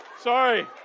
Sorry